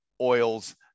oils